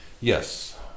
Yes